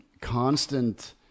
constant